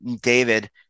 David